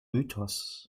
mythos